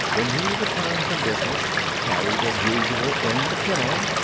when he returned from business, carried as usual in the kennel,